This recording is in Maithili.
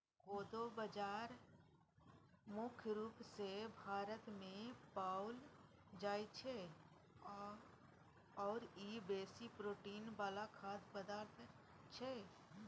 कोदो बाजरा मुख्य रूप सँ भारतमे पाओल जाइत छै आओर ई बेसी प्रोटीन वला खाद्य पदार्थ छै